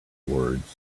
words